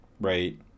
right